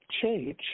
change